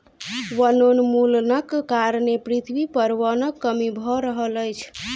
वनोन्मूलनक कारणें पृथ्वी पर वनक कमी भअ रहल अछि